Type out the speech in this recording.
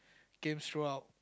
games throughout